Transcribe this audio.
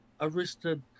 arrested